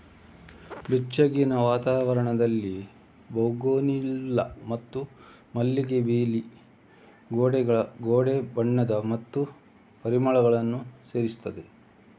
ಬೆಚ್ಚಗಿನ ವಾತಾವರಣದಲ್ಲಿ ಬೌಗೆನ್ವಿಲ್ಲಾ ಮತ್ತು ಮಲ್ಲಿಗೆ ಬೇಲಿ ಗೋಡೆಗೆ ಬಣ್ಣ ಮತ್ತು ಪರಿಮಳವನ್ನು ಸೇರಿಸುತ್ತದೆ